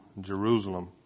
Jerusalem